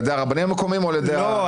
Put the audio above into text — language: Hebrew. על ידי הרבנים המקומיים או על ידי --- לא.